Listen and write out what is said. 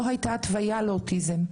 לא הייתה התוויה לאוטיזם,